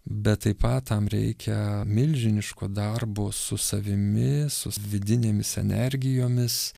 bet taip pat tam reikia milžiniško darbo su savimi su vidinėmis energijomis